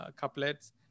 couplets